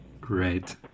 Great